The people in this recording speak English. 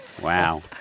Wow